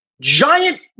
giant